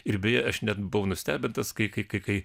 ir beje aš net buvau nustebintas kai kai kai